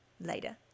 later